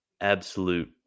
Absolute